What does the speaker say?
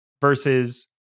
versus